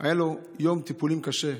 היה לו יום טיפולים קשה,